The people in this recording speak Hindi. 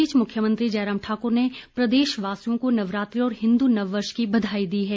इस बीच मुख्यमंत्री जयराम ठाकुर ने प्रदेशवासियों को नवरात्रे और हिन्दु नववर्ष की बधाई दी है